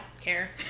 care